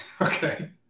okay